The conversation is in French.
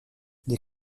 des